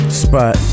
spot